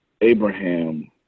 Abraham